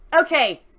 Okay